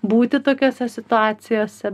būti tokiose situacijose